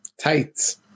tights